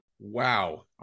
Wow